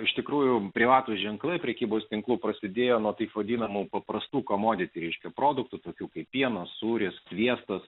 iš tikrųjų prekių ženklai prekybos tinklų prasidėjo nuo taip vadinamų paprastų komodos ryškių produktų tokių kaip pieno sūris sviestas